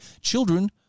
children